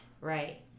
right